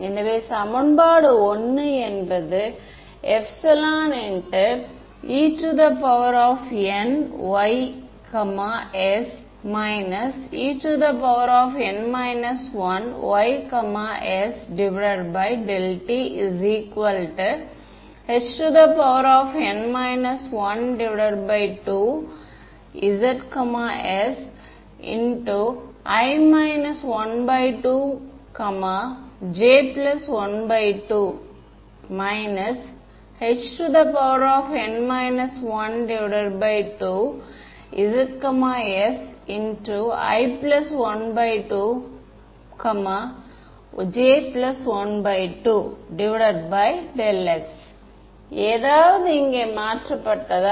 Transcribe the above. எனவே சமன்பாடு 1 என்பது Enys En 1ys t Hn 12zs i 12 j12 Hn 12zs i12 j12x ஏதாவது இங்கே மாற்றப்பட்டதா